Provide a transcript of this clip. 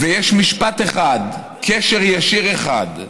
ויש משפט אחד, קשר ישיר אחד,